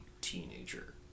teenager